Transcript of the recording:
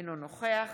אינו נוכח